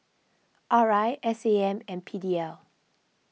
R I S A M and P D L